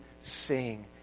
sing